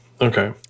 Okay